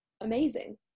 amazing